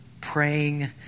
praying